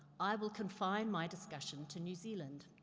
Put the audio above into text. i will confine my discussion to new zealand.